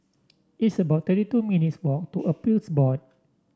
it's about twenty two minutes' walk to Appeals Board